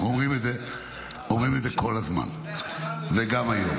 אנחנו אומרים את זה כל הזמן, וגם היום.